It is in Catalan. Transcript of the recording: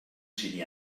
ciri